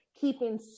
Keeping